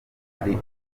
ari